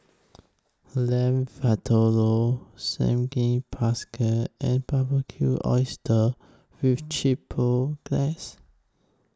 Lamb Vindaloo and Barbecued Oysters with Chipotle Glaze